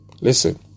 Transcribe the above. listen